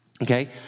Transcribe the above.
Okay